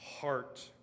heart